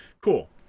Cool